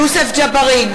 ג'בארין,